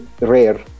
rare